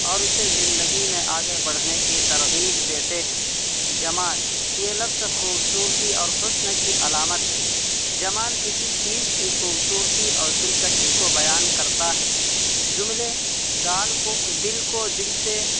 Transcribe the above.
اور اسے زندگی میں آگے بڑھنے کی ترغیب دیتے ہیں جمال یہ لفظ خوبصورتی اور حسن کی علامت ہے جمال کسی چیز کی خوبصورتی اور دلکشی کو بیان کرتا ہے جملے ڈال کو دل کو دل سے